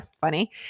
funny